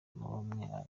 muba